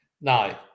no